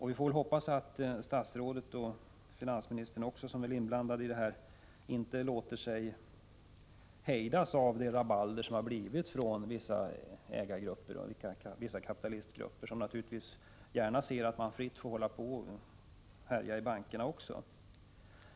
Vi får hoppas att statsrådet och även 17 januari 1986 finansministern, som väl också är inblandad, inte låter sig hejdas av det rabalder som uppstått från vissa ägargruppers och kapitalistgruppers sida, grupper som naturligtvis gärna ser att man får hålla på att härja fritt också i bankerna.